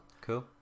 Cool